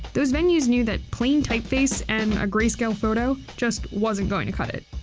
those venues knew that plain typeface and a grayscale photo just wasn't going to cut it.